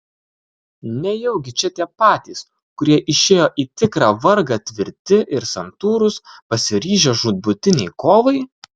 nejaugi čia tie patys kurie išėjo į tikrą vargą tvirti ir santūrūs pasiryžę žūtbūtinei kovai